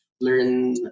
learn